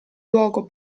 luogo